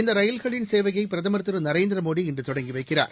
இந்த ரயில்களின் சேவையை பிரதமர் திரு நரேந்திர மோடி இன்று தொடங்கி வைக்கிறார்